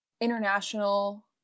international